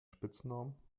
spitznamen